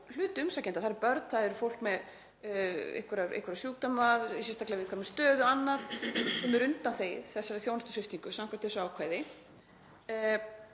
hluti umsækjenda, það eru börn, það er fólk með einhverja sjúkdóma í sérstaklega viðkvæmri stöðu og annað sem er undanþegið þessari þjónustusviptingu samkvæmt þessu ákvæði,